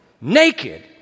naked